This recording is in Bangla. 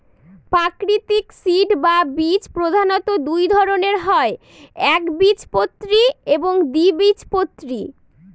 প্রাকৃতিক সিড বা বীজ প্রধানত দুই ধরনের হয় একবীজপত্রী এবং দ্বিবীজপত্রী